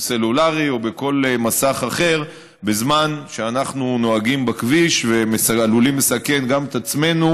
סלולרי או בכל מסך אחר בזמן שאנחנו נוהגים בכביש ועלולים לסכן את עצמנו,